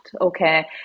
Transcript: okay